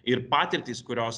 ir patirtys kurios